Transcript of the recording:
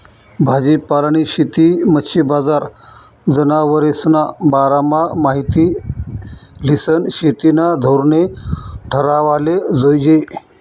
भाजीपालानी शेती, मच्छी बजार, जनावरेस्ना बारामा माहिती ल्हिसन शेतीना धोरणे ठरावाले जोयजे